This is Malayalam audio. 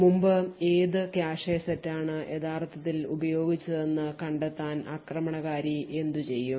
മുമ്പ് ഏത് കാഷെ സെറ്റാണ് യഥാർത്ഥത്തിൽ ഉപയോഗിച്ചതെന്ന് കണ്ടെത്താൻ ആക്രമണകാരി എന്തുചെയ്യും